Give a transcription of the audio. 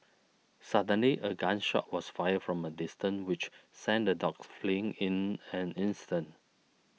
suddenly a gun shot was fired from a distance which sent the dogs fleeing in an instant